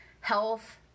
health